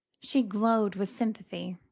she glowed with sympathy.